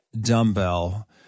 dumbbell